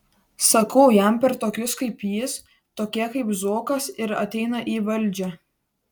sakau jam per tokius kaip jis tokie kaip zuokas ir ateina į valdžią